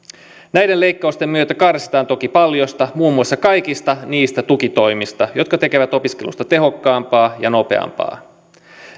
näiden leikkausten myötä karsitaan toki paljosta muun muassa kaikista niistä tukitoimista jotka tekevät opiskelusta tehokkaampaa ja nopeampaa